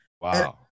Wow